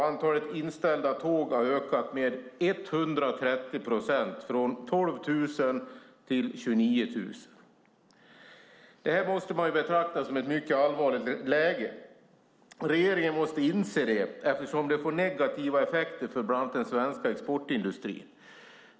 Antalet inställda tåg har ökat med 130 procent från 12 000 till 29 000. Det måste man betrakta som ett mycket allvarlig läge. Regeringen måste inse det, eftersom det får negativa effekter för bland annat den svenska exportindustrin.